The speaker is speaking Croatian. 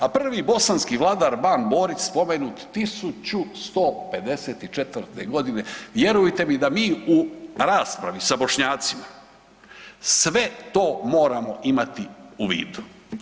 A prvi bosanski vladar ban Borić spomenut 1154. godine, vjerujte mi da mi u raspravi sa Bošnjacima sve to moramo imati u vidu.